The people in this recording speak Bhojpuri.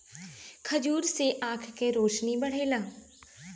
खजूर से आँख के रौशनी बढ़ेला